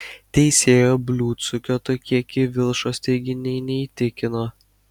teisėjo bliudsukio tokie kivilšos teiginiai neįtikino